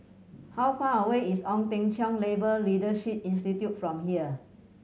how far away is Ong Teng Cheong Labour Leadership Institute from here